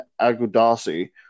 Agudasi